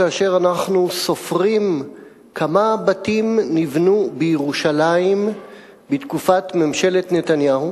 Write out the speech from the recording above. כאשר אנחנו סופרים כמה בתים נבנו בירושלים בתקופת ממשלת נתניהו,